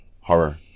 horror